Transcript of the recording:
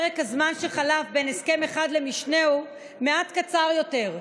פרק הזמן שחלף בין הסכם אחד למשנהו מעט קצר יותר,